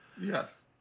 Yes